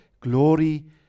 glory